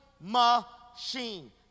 machine